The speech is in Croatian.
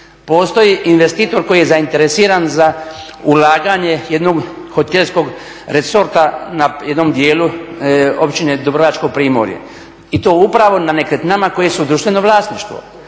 Postoji investitor koji je zainteresiran za ulaganje jednog hotelskog resorta na jednom dijelu Općine Dubrovačko primorje. I to upravo na nekretninama koje su društveno vlasništvo.